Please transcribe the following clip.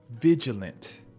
vigilant